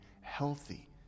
healthy